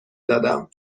دادم